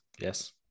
yes